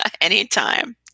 Anytime